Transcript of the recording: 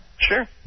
Sure